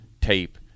tape